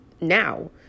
now